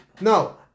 No